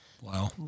wow